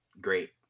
great